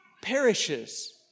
perishes